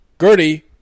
Gertie